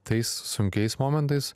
tais sunkiais momentais